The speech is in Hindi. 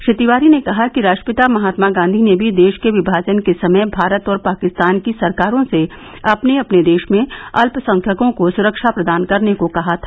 श्री तिवारी ने कहा कि राष्ट्रपिता महात्मा गांधी ने भी देश के विमाजन के समय भारत और पाकिस्तान की सरकारों से अपने अपने देश में अल्पसंख्यकों को सुरक्षा प्रदान करने को कहा था